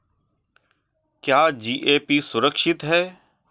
क्या जी.पी.ए सुरक्षित है?